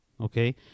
okay